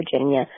Virginia